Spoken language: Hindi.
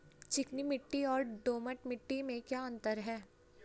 चिकनी मिट्टी और दोमट मिट्टी में क्या अंतर है?